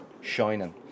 shining